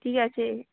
ঠিক আছে